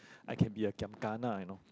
I can be a giam gana you know